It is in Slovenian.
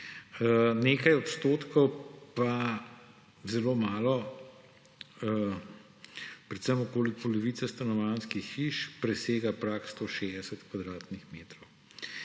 nekaj odstotkov, pa zelo malo, predvsem okoli polovice stanovanjskih hiš, presega prag 160 kvadratnih metrov.